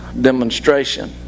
demonstration